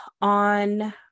on